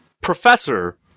professor